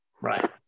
Right